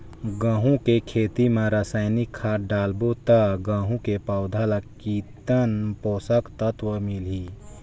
गंहू के खेती मां रसायनिक खाद डालबो ता गंहू के पौधा ला कितन पोषक तत्व मिलही?